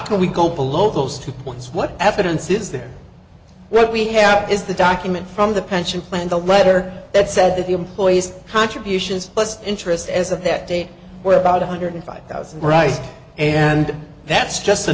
can we go below those two points what evidence is there what we have is the document from the pension plan the letter that said that the employees contributions plus interest as of that day were about one hundred five thousand rise and that's just a